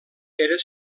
era